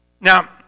Now